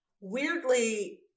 weirdly